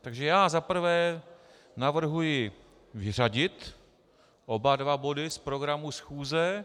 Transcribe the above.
Takže já za prvé navrhuji vyřadit oba body z programu schůze.